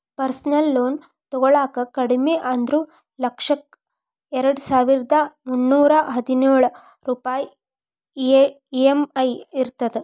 personal loan ತೊಗೊಳಾಕ ಕಡಿಮಿ ಅಂದ್ರು ಲಕ್ಷಕ್ಕ ಎರಡಸಾವಿರ್ದಾ ಮುನ್ನೂರಾ ಹದಿನೊಳ ರೂಪಾಯ್ ಇ.ಎಂ.ಐ ಇರತ್ತ